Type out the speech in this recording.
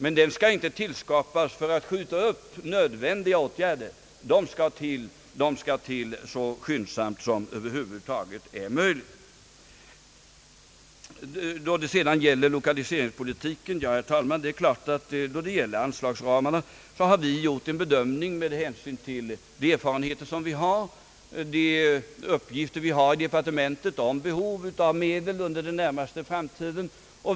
Men den skall inte tillskapas för att skjuta upp nödvändiga åtgärder; de skall komma till stånd så skyndsamt som det över huvud taget är möjligt. När det gäller lokaliseringspolitiken har vi, herr talman, i fråga om anslagsramarna gjort en bedömning med hänsyn till de erfarenheter som vi har och de uppgifter vi har inom departementet om behov av medel under den närmaste framtiden.